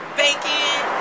bacon